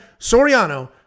Soriano